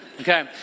okay